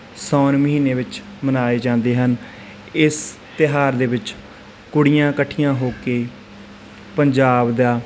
ਸੌਣ ਮਹੀਨੇ ਵਿੱਚ ਮਨਾਏ ਜਾਂਦੇ ਹਨ ਇਸ ਤਿਉਹਾਰ ਦੇ ਵਿੱਚ ਕੁੜੀਆਂ ਇਕੱਠੀਆਂ ਹੋ ਕੇ ਪੰਜਾਬ ਦਾ